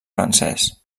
francès